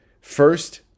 First